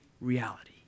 reality